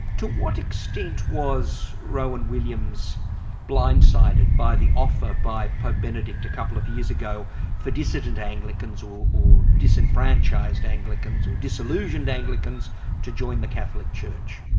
to what extent was rowan williams blindsided by the offer by pope benedict a couple of years ago for dissident anglicans or disenfranchised anglicans, or disillusioned anglicans to join the catholic church?